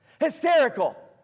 Hysterical